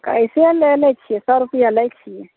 कैसे लेले छी सए रुपैआ लै छियै